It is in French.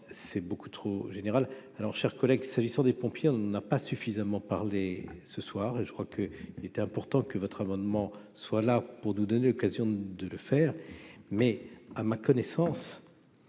c'est beaucoup trop général : alors, chers collègues, s'agissant des pompiers, on n'a pas suffisamment parlé ce soir et je crois que il était important que votre abonnement soit là pour nous donner l'occasion de le faire, mais à ma connaissance,